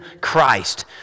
Christ